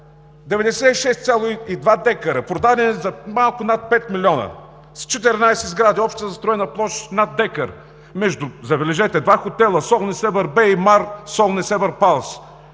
96,2 дка, продадени за малко над 5 милиона, с 14 сгради с обща застроена площ над декар между, забележете, два хотела: хотел „Сол Несебър Бей и Маре“ и „Сол Несебър Палас“.